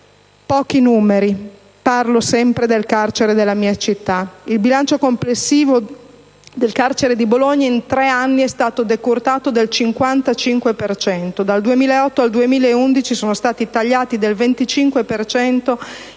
Pochi numeri (parlo sempre del carcere della mia città): il bilancio complessivo del carcere di Bologna in tre anni è stato decurtato del 55 per cento. Dal 2008 al 2011 sono stati tagliati del 25